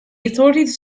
authorities